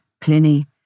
Pliny